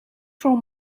from